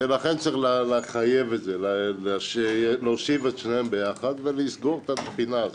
ולכן צריך לחייב את זה להושיב את שניהם ביחד ולסגור את הפינה הזאת.